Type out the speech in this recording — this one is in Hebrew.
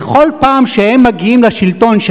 בכל פעם שהם מגיעים לשלטון,